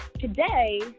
Today